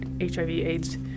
HIV-AIDS